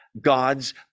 God's